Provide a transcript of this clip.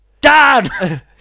Dad